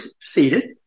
seated